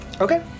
Okay